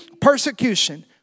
persecution